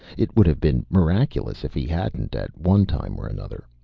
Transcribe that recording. it would have been miraculous if he hadn't at one time or another.